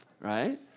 right